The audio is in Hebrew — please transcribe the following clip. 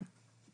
כן.